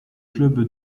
club